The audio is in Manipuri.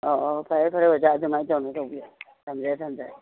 ꯑꯧ ꯑꯧ ꯐꯔꯦ ꯐꯔꯦ ꯑꯣꯖꯥ ꯑꯗꯨꯃꯥꯏ ꯇꯧꯅꯕ ꯇꯧꯕꯤꯔꯣ ꯊꯝꯖꯔꯦ ꯊꯝꯖꯔꯦ